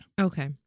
Okay